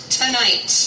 tonight